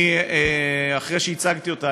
אחרי שהצגתי אותה,